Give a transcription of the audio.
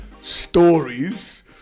stories